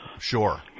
Sure